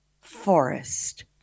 forest